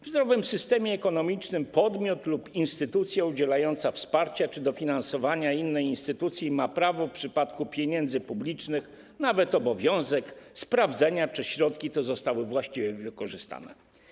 W zdrowym systemie ekonomicznym podmiot lub instytucja, które udzielają wsparcia czy dofinansowania innej instytucji, w przypadku pieniędzy publicznych mają prawo, nawet obowiązek sprawdzenia, czy środki te zostały właściwie wykorzystane.